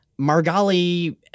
Margali